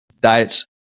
diets